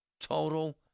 Total